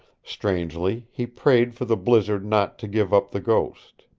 strangely, he prayed for the blizzard not to give up the ghost.